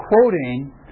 quoting